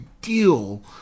deal